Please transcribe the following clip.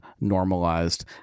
normalized